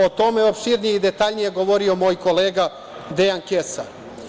O tome je opširnije i detaljnije govorio moj kolega Dejan Kesar.